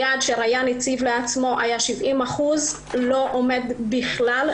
היעד שריאן הציב לעצמו היה 70% אך לא עומדים בכלל ביעד,